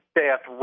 death